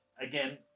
again